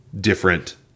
different